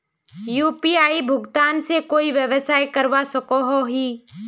UPI भुगतान से कोई व्यवसाय करवा सकोहो ही?